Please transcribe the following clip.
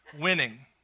winning